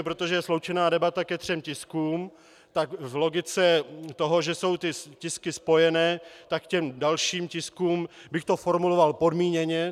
Protože je sloučená debata ke třem tiskům, tak v logice toho, že jsou ty tisky spojené, tak k těm dalším tiskům bych to formuloval podmíněně.